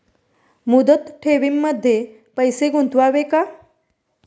मुदत ठेवींमध्ये पैसे गुंतवावे का?